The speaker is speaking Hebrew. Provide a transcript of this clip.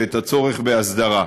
ואת הצורך בהסדרה.